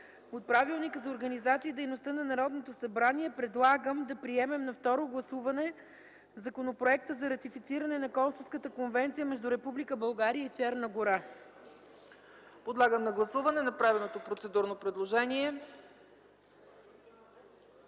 от Правилника за организацията и дейността на Народното събрание предлагам да приемем на второ гласуване Законопроекта за ратифициране на Консулската конвенция между Република България и Черна гора. ПРЕДСЕДАТЕЛ ЦЕЦКА ЦАЧЕВА: Подлагам на гласуване направеното процедурно предложение.